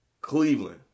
Cleveland